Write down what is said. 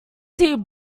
tnt